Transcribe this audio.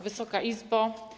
Wysoka Izbo!